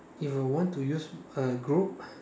if you want to use a group